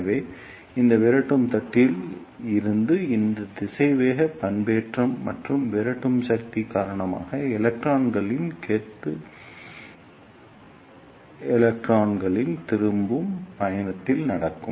எனவே இந்த விரட்டும் தட்டில் இருந்து இந்த திசைவேக பண்பேற்றம் மற்றும் விரட்டும் சக்தி காரணமாக எலக்ட்ரான்களின் கொத்து எலக்ட்ரான்களின் திரும்பும் பயணத்தில் நடக்கும்